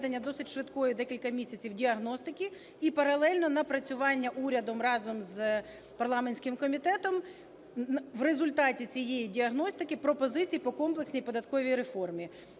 досить швидкої, декілька місяців, діагностики і паралельно напрацювання урядом разом з парламентським комітетом в результаті цієї діагностики пропозиції по комплексній податковій реформі.